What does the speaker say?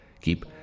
keep